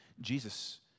Jesus